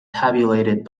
tabulated